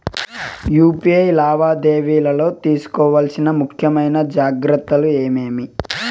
UPI లావాదేవీలలో తీసుకోవాల్సిన ముఖ్యమైన జాగ్రత్తలు ఏమేమీ?